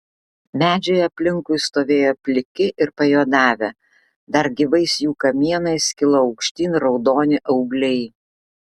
medžiai aplinkui stovėjo pliki ir pajuodavę dar gyvais jų kamienais kilo aukštyn raudoni augliai